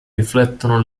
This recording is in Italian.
riflettono